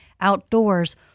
outdoors